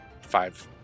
Five